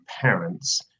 parents